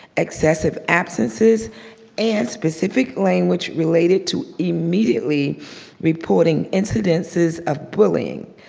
excessive absences and specific language related to immediately reporting incidences of bullying.